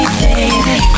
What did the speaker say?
baby